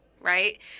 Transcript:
right